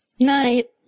Night